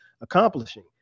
accomplishing